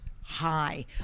high